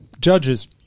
Judges